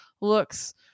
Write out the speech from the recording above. looks